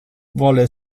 vole